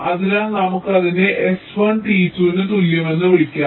അതിനാൽ നമുക്ക് അതിനെ s1 t 2 ന് തുല്യമായി വിളിക്കാം